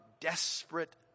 desperate